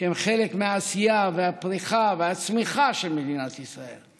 שהם חלק מהעשייה, הפריחה והצמיחה של מדינת ישראל.